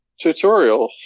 tutorial